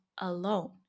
alone